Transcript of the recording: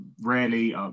rarely